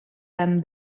them